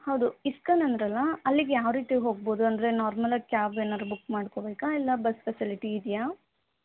ಹೌದು ಇಸ್ಕನ್ ಅಂದ್ರಲ್ಲ ಅಲ್ಲಿಗೆ ಯಾವರೀತಿ ಹೋಗ್ಬೋದು ಅಂದರೆ ನಾರ್ಮಲಾಗಿ ಕ್ಯಾಬ್ ಏನಾರು ಬುಕ್ ಮಾಡ್ಕೊಬೇಕಾ ಇಲ್ಲ ಬಸ್ ಫೆಸಿಲಿಟಿ ಇದೆಯ